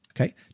Okay